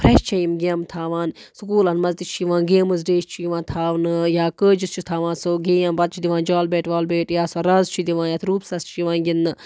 fresh چھےٚ یِم گیٚمہٕ تھاوان سکوٗلَن مَنٛز تہِ چھِ یِوان گیمٕز ڈے چھُ یِوان تھاونہٕ یا کٲجَس چھِ تھاوان سۄ گیم پَتہٕ چھِ دِوان جال بیٹ وال بیٹ یا سۄ رَز چھِ دِوان یتھ روٗپسَس چھِ یِوان گِنٛدنہٕ